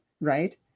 right